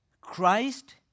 Christ